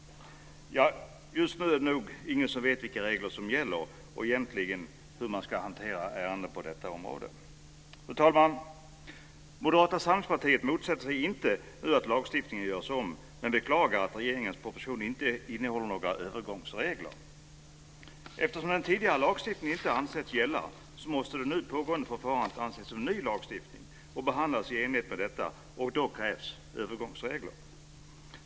Just nu är det nog egentligen ingen som vet vilka regler som gäller och hur ärendet ska hanteras. Fru talman! Moderata samlingspartiet motsätter sig inte att lagstiftningen görs om men beklagar att regeringens proposition inte innehåller några övergångsregler. Eftersom den tidigare lagstiftningen inte ansetts gälla, måste det nu pågående förfarandet anses som ny lagstiftning och behandlas i enlighet med detta, och då krävs övergångsregler.